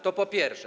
To po pierwsze.